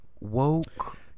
woke